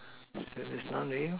you say that's not real